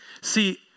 See